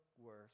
worse